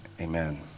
amen